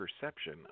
perception